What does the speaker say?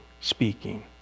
speaking